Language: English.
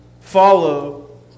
follow